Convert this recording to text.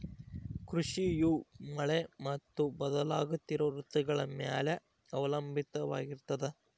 ಕೃಷಿಯು ಮಳೆ ಮತ್ತು ಬದಲಾಗುತ್ತಿರೋ ಋತುಗಳ ಮ್ಯಾಲೆ ಅವಲಂಬಿತವಾಗಿರ್ತದ